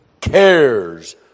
cares